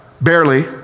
barely